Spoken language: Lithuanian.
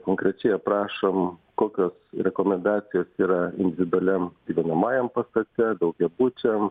konkrečiai aprašom kokios rekomendacijos yra individualiam gyvenamajam pastate daugiabučiam